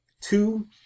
two